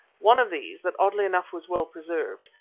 one of these, that oddly enough was well-preserved,